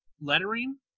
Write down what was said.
lettering